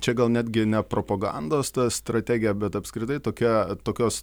čia gal netgi ne propagandos tą strategiją bet apskritai tokią tokios